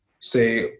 say